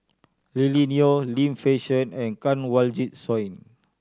Lily Neo Lim Fei Shen and Kanwaljit Soin